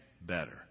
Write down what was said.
better